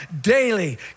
daily